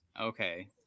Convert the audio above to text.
okay